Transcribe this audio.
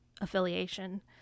affiliation